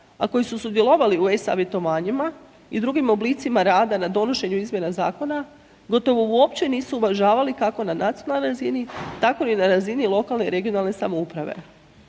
a koji su sudjelovali u e-Savjetovanjima i drugim oblicima rada na donošenju izmjena zakona, gotovo uopće nisu uvažavali kako na nacionalnoj razini, tako ni na razini lokalne i regionalne samouprave.